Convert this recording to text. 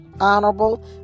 honorable